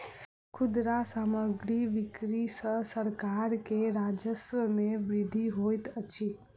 खुदरा सामग्रीक बिक्री सॅ सरकार के राजस्व मे वृद्धि होइत अछि